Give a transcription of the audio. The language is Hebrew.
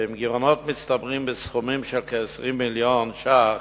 ועם גירעונות מצטברים בסכומים של כ-20 מיליון שקלים,